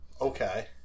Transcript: Okay